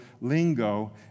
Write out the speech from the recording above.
lingo